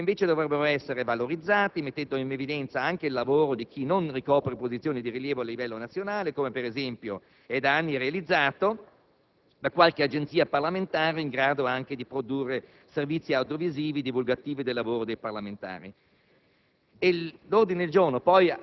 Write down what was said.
il lavoro di sindacato ispettivo, che invece dovrebbero essere valorizzati mettendo in evidenza anche il lavoro di chi non ricopre posizioni di rilievo a livello nazionale. Ciò, per esempio, viene fatto da anni da qualche agenzia parlamentare in grado anche di produrre servizi audiovisivi divulgativi del lavoro dei parlamentari.